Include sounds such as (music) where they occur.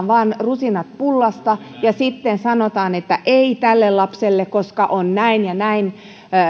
(unintelligible) vain rusinat pullasta ja sitten sanotaan että ei tälle lapselle koska on näin ja näin